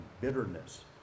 bitterness